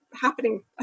happening